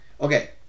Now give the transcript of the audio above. Okay